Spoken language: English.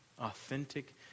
Authentic